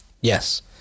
Yes